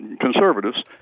conservatives